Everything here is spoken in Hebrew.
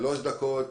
שלוש דקות?